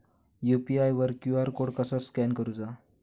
UPI वर QR code कसा scan करूचा?